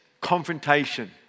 confrontation